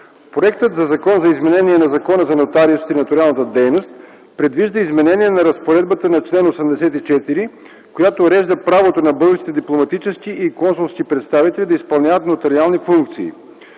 Проектът на Закон за изменение на Закона за нотариусите и нотариалната дейност предвижда изменение на разпоредбата на чл. 84, която урежда правото на българските дипломатически и консулски представители да изпълняват нотариални функции.